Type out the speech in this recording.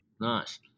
Nice